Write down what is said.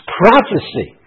prophecy